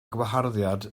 gwaharddiad